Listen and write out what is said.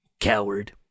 coward